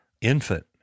infant